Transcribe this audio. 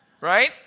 Right